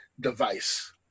device